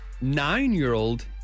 nine-year-old